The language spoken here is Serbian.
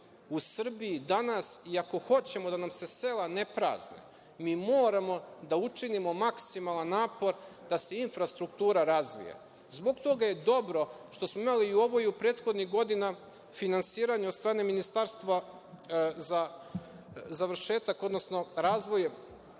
u Srbiji danas, i ako hoćemo da nam se sela ne prazne, mi moramo da učinimo maksimalan napor da se infrastruktura razvije. Zbog toga je dobro što smo imali i u ovoj i u prethodnim godinama finansiranje od strane Ministarstva za završetak, odnosno razvoj